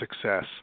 success